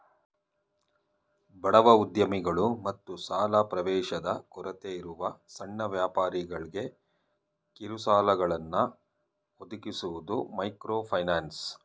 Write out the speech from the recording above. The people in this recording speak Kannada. ಬಡವ ಉದ್ಯಮಿಗಳು ಮತ್ತು ಸಾಲ ಪ್ರವೇಶದ ಕೊರತೆಯಿರುವ ಸಣ್ಣ ವ್ಯಾಪಾರಿಗಳ್ಗೆ ಕಿರುಸಾಲಗಳನ್ನ ಒದಗಿಸುವುದು ಮೈಕ್ರೋಫೈನಾನ್ಸ್